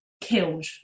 killed